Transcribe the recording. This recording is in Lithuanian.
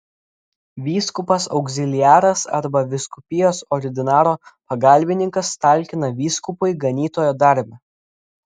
vyskupas augziliaras arba vyskupijos ordinaro pagalbininkas talkina vyskupui ganytojo darbe